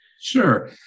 Sure